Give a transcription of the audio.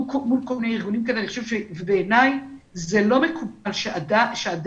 מול כל מיני ארגונים כי בעיני זה לא מקובל שעדיין